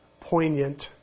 poignant